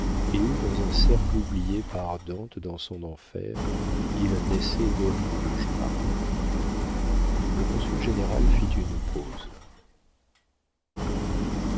et où dans un cercle oublié par dante dans son enfer il naissait d'horribles joies le consul général fit une pause